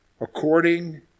according